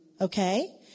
okay